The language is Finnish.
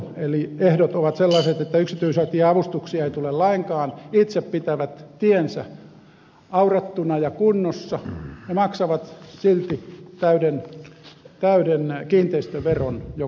eli ehdot ovat sellaiset että yksityistieavustuksia ei tule lainkaan itse pitävät tiensä aurattuna ja kunnossa ja maksavat silti täyden kiinteistöveron joka vuosi